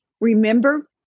Remember